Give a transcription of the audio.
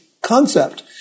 concept